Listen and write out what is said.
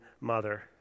mother